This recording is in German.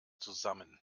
zusammen